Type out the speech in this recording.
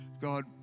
God